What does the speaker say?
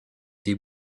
des